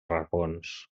racons